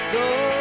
go